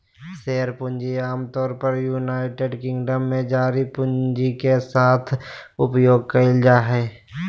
share पूंजी आमतौर पर यूनाइटेड किंगडम में जारी पूंजी के साथ उपयोग कइल जाय हइ